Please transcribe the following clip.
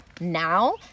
now